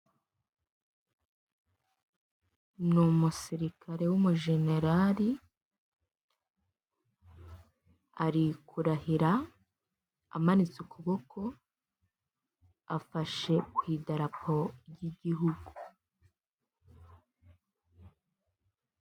Ni umusirikare w'umujenerari; ari kurahira amanitse ukuboko afashe ku idarapo ry'igihugu.